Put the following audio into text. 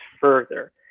further